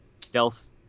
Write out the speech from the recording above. dels